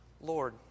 Lord